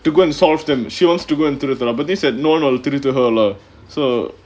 to go and solve them she wants to go into that trouble this no no I will give it to her lah so